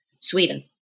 Sweden